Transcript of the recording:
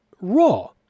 Raw